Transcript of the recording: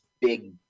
big